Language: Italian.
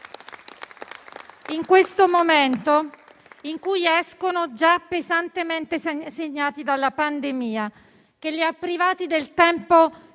in questo momento in cui escono già pesantemente segnati dalla pandemia che li ha privati del tempo